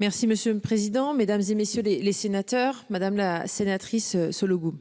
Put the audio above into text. Merci monsieur le président, Mesdames, et messieurs les les sénateurs, madame la sénatrice ce logo.